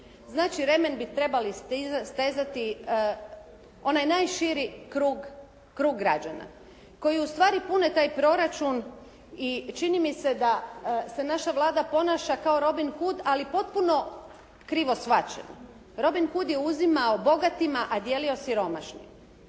Znači remen bi trebali stezati onaj najširi krug građana koji ustvari pune taj proračun i čini mi se da se naša Vlada ponaša kao Robin Hood ali potpuno krivo shvaćen. Robin Hood je uzimao bogatima, a dijelio siromašnim,